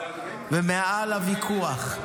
ומעל הוויכוח,